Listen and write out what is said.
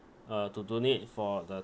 uh to donate for the